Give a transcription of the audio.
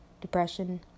depression